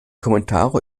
kommentare